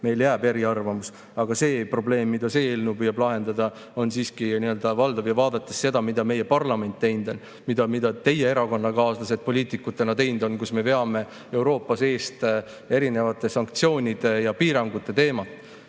küll] eriarvamusele. Aga probleem, mida see eelnõu püüab lahendada, on siiski valdav. Vaadates seda, mida meie parlament teinud on, mida teie erakonnakaaslased poliitikutena teinud on, kus me veame Euroopas eest erinevate sanktsioonide ja piirangute teemat,